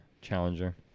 Challenger